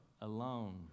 alone